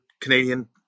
Canadian